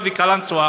טירה וקלנסואה,